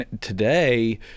today –